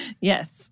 Yes